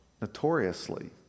notoriously